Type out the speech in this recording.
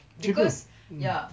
cheaper mm